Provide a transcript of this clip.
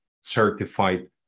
certified